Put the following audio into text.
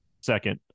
second